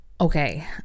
Okay